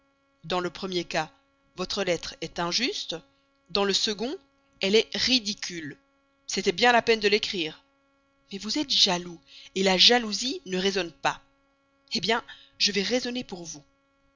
dans le premier cas votre lettre est injuste dans le second elle est ridicule c'était bien la peine d'écrire mais vous êtes jaloux la jalousie ne raisonne pas hé bien je vais raisonner pour vous